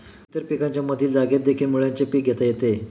इतर पिकांच्या मधील जागेतदेखील मुळ्याचे पीक घेता येते